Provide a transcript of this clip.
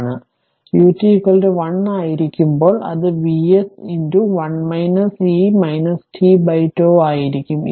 അതിനാൽ ut 1 ആയിരിക്കുമ്പോൾ അത് Vs 1 e t τ ആയിരിക്കും